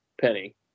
Penny